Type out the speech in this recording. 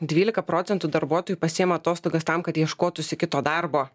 dvylika procentų darbuotojų pasiima atostogas tam kad ieškotųsi kito darbo